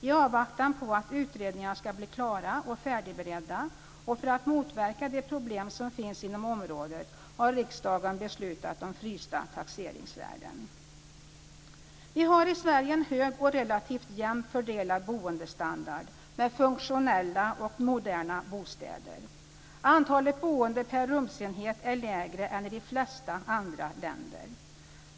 I avvaktan på att utredningarna ska bli klara och färdigberedda och för att motverka de problem som finns inom området har riksdagen beslutat om frysta taxeringsvärden. Vi har i Sverige en hög och relativt jämnt fördelad boendestandard med funktionella och moderna bostäder. Antalet boende per rumsenhet är lägre än i de flesta andra länder.